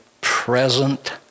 present